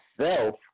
self